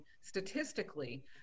statistically